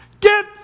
get